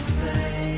say